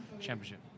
championship